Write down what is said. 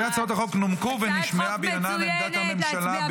שתי הצעות החוק נומקו ונשמעה בעניינן עמדת הממשלה